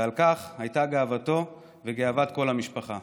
ועל כך הייתה גאוותו וגאוות כל המשפחה.